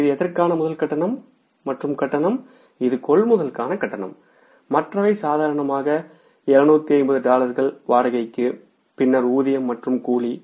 இது எதற்கான முதல் கட்டணம் இது கொள்முதலுக்கான கட்டணம் மற்றவை சாதாரணமாக 250 டாலர்கள் வாடகைக்கு பின்னர் ஊதியம் மற்றும் கூலி